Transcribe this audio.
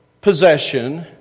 possession